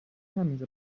همینجا